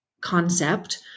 concept